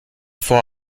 vor